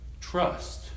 trust